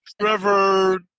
Trevor